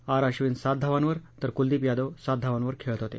R Ashwin सात धावांवर तर कुलदीप यादव सात धावांवर खेळत होते